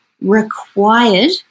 required